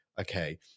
okay